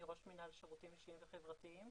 אני ראש מינהל שירותים אישיים וחברתיים.